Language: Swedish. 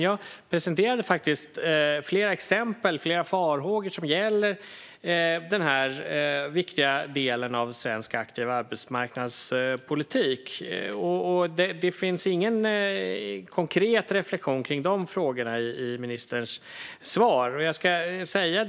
Jag presenterade flera exempel och farhågor som gäller den här viktiga delen av svensk aktiv arbetsmarknadspolitik. Det finns ingen konkret reflektion kring de frågorna i ministerns svar.